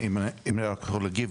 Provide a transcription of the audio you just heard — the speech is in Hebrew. אם אני רק יכול להגיב.